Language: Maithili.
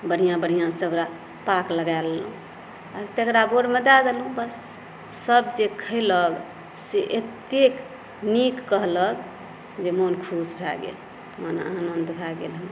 बढ़िऑं बढ़िऑंसँ ओकरा पाक लगा लेलहुँ आ तकरा बोरमे दै देलहुँ बस सभ जे खएलक से एतेक नीक कहलक जे मोन खुश भऽ गेल मने आनंद भऽ गेल हमरा